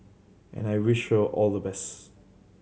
and I wish her all the best